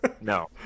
No